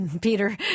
Peter